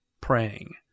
praying